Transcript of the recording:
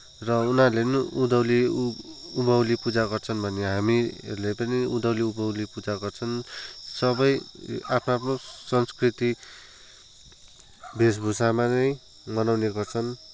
र उनीहरूले पनि उँधौली उँभौली पूजा गर्छन् भने हामीले पनि उँधौली उँभौली पूजा गर्छौँ सबै आफ्नो आफ्नो संस्कृति वेशभूषामा नै मनाउने गर्छन्